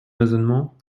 raisonnement